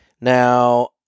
Now